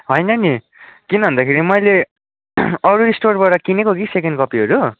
होइन नि किन भन्दाखेरि मैले अरू स्टोरहरूबाट किनेको कि सेकेन्ड कपीहरू